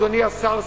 אדוני השר,